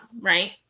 right